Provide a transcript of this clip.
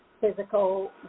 physical